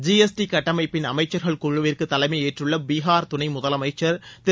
G S T கட்டமைப்பின் அமைச்சர்கள் குழுவிற்கு தலைமையேற்றுள்ள பீகார் துணை முதலமைச்சர் திரு